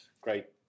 great